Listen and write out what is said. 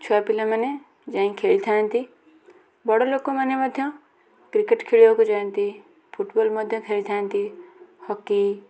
ଛୁଆପିଲାମାନେ ଯାଇଁ ଖେଳିଥାନ୍ତି ବଡ଼ ଲୋକମାନେ ମଧ୍ୟ କ୍ରିକେଟ୍ ଖେଳିବାକୁ ଯାଆନ୍ତି ଫୁଟବଲ୍ ମଧ୍ୟ ଖେଳିଥାନ୍ତି ହକି